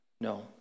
No